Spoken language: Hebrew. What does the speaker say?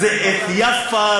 זה את "יאפא,